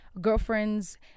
girlfriends